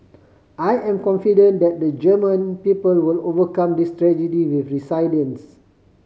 I am confident that the German people will overcome this tragedy with resilience